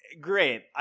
great